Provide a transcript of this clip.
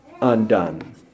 undone